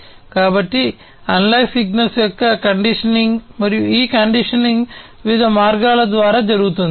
కాబట్టి analog signals యొక్క conditioning మరియు ఈ కండిషనింగ్ వివిధ మార్గాల ద్వారా జరుగుతుంది